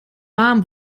warm